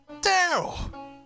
Daryl